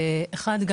דבר ראשון,